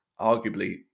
arguably